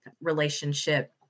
relationship